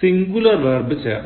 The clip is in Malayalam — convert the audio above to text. സിന്ഗുലർ വെർബ് ചേർക്കണം